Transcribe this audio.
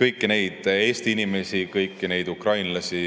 kõiki neid Eesti inimesi, kõiki neid ukrainlasi,